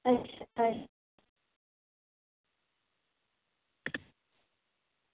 अच्छा